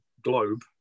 globe